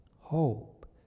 hope